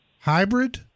hybrid